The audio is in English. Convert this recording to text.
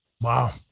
Wow